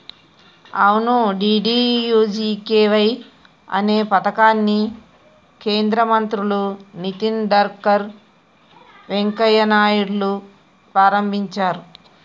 అవును డి.డి.యు.జి.కే.వై అనే పథకాన్ని కేంద్ర మంత్రులు నితిన్ గడ్కర్ వెంకయ్య నాయుడులు ప్రారంభించారు